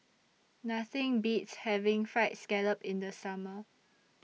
Nothing Beats having Fried Scallop in The Summer